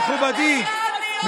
מכובדי,